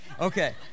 Okay